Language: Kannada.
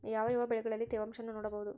ಯಾವ ಯಾವ ಬೆಳೆಗಳಲ್ಲಿ ತೇವಾಂಶವನ್ನು ನೋಡಬಹುದು?